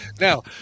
Now